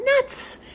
nuts